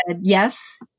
yes